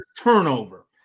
turnover